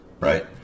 right